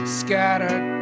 scattered